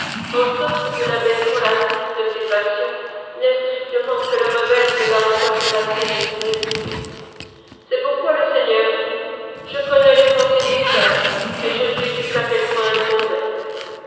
en sorte que l'abaissement lascif de ses passions n'est strictement que le revers de la hauteur glacée de ses esprits c'est pourquoi le seigneur dit je connais les pensées des sages et je sais jusqu'à quel point elles sont vaines